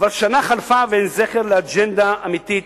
כבר שנה חלפה ואין זכר לאג'נדה אמיתית,